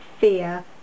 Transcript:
fear